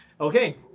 Okay